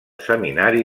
seminari